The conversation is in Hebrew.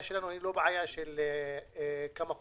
ממשלה לעצמאי ששולם